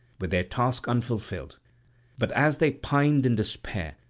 with their task unfulfilled but as they pined in despair,